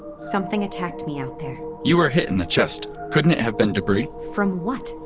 something attacked me, out there you were hit in the chest. couldn't it have been debris? from what?